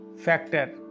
factor